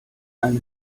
eine